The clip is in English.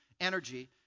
energy